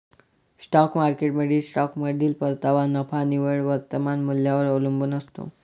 stock मार्केटमधील स्टॉकमधील परतावा नफा निव्वळ वर्तमान मूल्यावर अवलंबून असतो